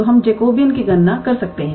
तो हम जैकोबिन की गणना कर सकते हैं